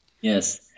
Yes